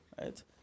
right